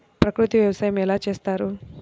ప్రకృతి వ్యవసాయం ఎలా చేస్తారు?